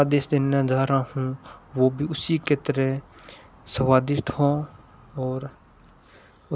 आदेश देने जा रहा हूँ वो भी उसी के तरह स्वादिष्ट हों ओर